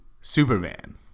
Superman